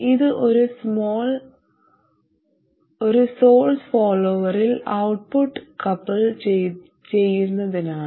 ഇത് ഒരു സോഴ്സ് ഫോളോവറിൽ ഔട്ട്പുട്ട് കപ്പിൾ ചെയ്യുന്നതിനാണ്